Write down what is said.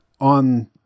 on